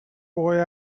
boy